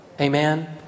Amen